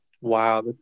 wow